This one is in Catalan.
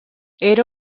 era